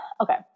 Okay